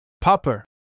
Popper